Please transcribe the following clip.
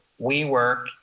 WeWork